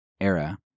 era